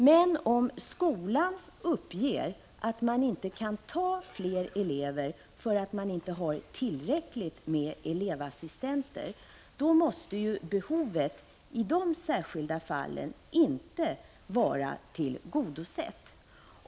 Men om skolan uppger att man inte kan ta emot fler elever därför att man inte har tillräckligt med elevassistenter, måste ju behovet i detta särskilda fall inte vara tillgodosett.